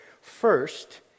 First